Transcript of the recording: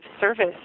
service